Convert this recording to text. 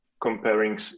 comparing